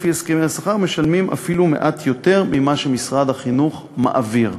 לפי הסכמי השכר משלמים אפילו מעט יותר ממה שמשרד החינוך מעביר.